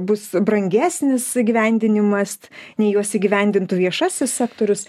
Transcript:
bus brangesnis įgyvendinimas nei juos įgyvendintų viešasis sektorius